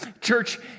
Church